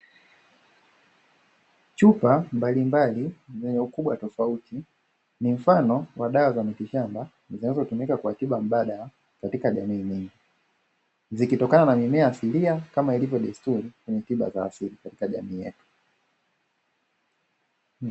Chupa mbalimbali zenye dawa tofauti ni mfano wa dawa za miti shamba zinazotumika kwa tiba mbadala katika jamii zikitokana na mimea asilia kama ilivyo desturi ni tiba za afrika katika jamii yetu.